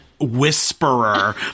Whisperer